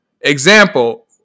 Example